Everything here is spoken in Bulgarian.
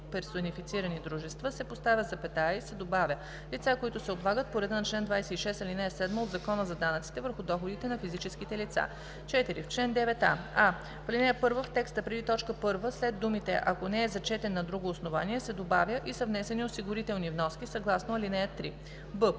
в ал. 1 в текста преди т. 1 след думите „ако не е зачетен на друго основание“ се добавя „и са внесени осигурителни вноски съгласно ал. 3“;